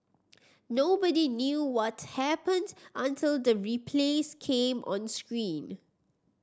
nobody knew what happened until the replays came on screen